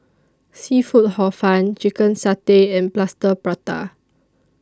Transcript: Seafood Hor Fun Chicken Satay and Plaster Prata